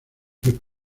hip